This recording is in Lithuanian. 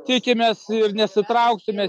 tikimės ir nesitrauksime